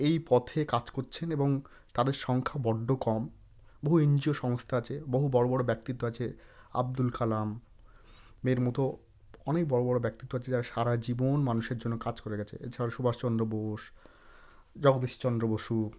এই পথে কাজ করছেন এবং তাদের সংখ্যা বড্ড কম বহু এনজিও সংস্থা আছে বহু বড় বড় ব্যক্তিত্ব আছে আবদুল কালাম এর মতো অনেক বড় বড় ব্যক্তিত্ব আছে যারা সারাজীবন মানুষের জন্য কাজ করে গিয়েছে এছাড়া সুভাষচন্দ্র বোস জগদীশ্চন্দ্র বসু